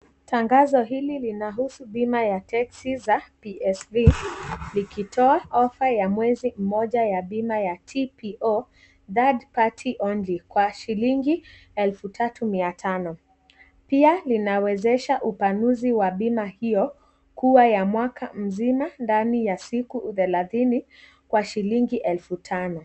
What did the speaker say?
Tangazo hili linahusu bima ya teksi za psv likitoa ofa ya mwezi mmoja ya bima ya TPO third party only kwa shilingi elfu tatu mia tano, pia linawezesha upanuzi wa bima hio, kuwa ya mwaka mzima ndani ya siku thelathini kwa shilingi elfu tano.